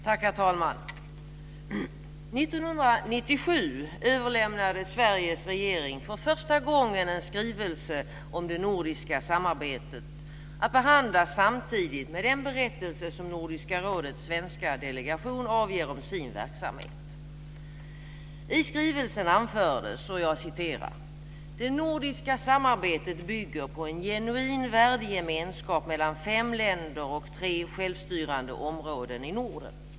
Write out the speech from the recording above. Herr talman! År 1997 överlämnade Sveriges regering för första gången en skrivelse om det nordiska samarbetet att behandlas samtidigt med den berättelse som Nordiska rådets svenska delegation avger om sin verksamhet. I skrivelsen anfördes: "Det nordiska samarbetet bygger på en genuin värdegemenskap mellan fem länder och tre självstyrande områden i Norden.